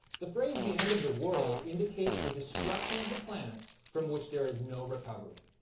the phrase the end of the world indicates a destruction of the planet from which there is no recovery.